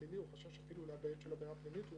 לגבי המל"ל ספציפית,